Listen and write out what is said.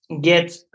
get